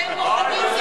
אתם פוחדים,